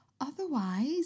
Otherwise